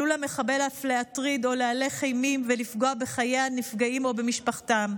עלול המחבל אף להטריד או להלך אימים ולפגוע בחיי הנפגעים או במשפחתם.